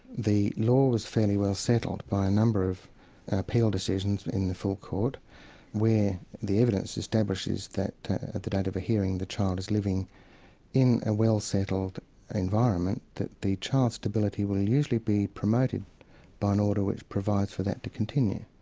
the law was fairly well settled by a number of appeal decisions in the full court where the evidence establishes that at the date of a hearing the child is living in a well-settled environment, that the child stability will usually be promoted by an order which provides for that to continue.